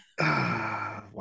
wow